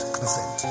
Consent